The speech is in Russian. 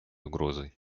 угрозой